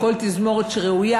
כל תזמורת שהיא ראויה,